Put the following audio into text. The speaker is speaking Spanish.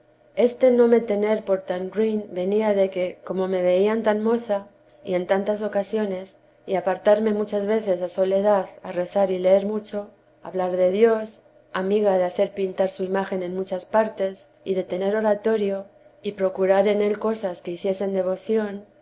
este no me tener por tan ruin venía de que como me veían tan moza y en tantas ocasiones y apartarme muchas veces a soledad a rezar y leer mucho hablar de dios amiga de hacer pintar su imagen en muchas partes y de tener oratorio y procurar en él cosas que hiciesen devoción